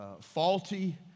faulty